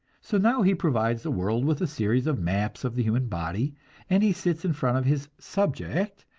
so now he provides the world with a series of maps of the human body and he sits in front of his subject,